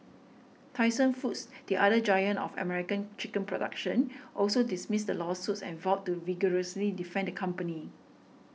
Tyson Foods the other giant of American chicken production also dismissed the lawsuits and vowed to vigorously defend the company